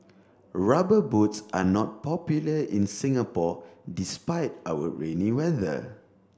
rubber boots are not popular in Singapore despite our rainy weather